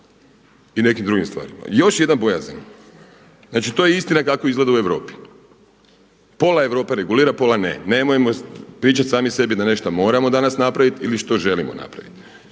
i nekim drugim stvarima. Još jedna bojazan. Znači to je istina kako izgleda u Europi. Pola Europe regulira pola ne. Nemojmo pričati sami sebi da nešto moramo danas napraviti ili što želimo napraviti.